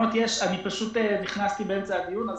אני פשוט נכנסתי באמצע הדיון.